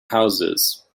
houses